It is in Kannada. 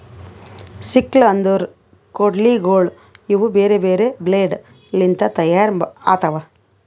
ಸಿಕ್ಲ್ ಅಂದುರ್ ಕೊಡ್ಲಿಗೋಳ್ ಇವು ಬೇರೆ ಬೇರೆ ಬ್ಲೇಡ್ ಲಿಂತ್ ತೈಯಾರ್ ಆತವ್